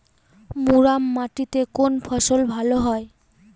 মুরাম মাটিতে কোন ফসল ভালো হয়?